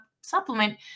supplement